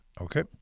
Okay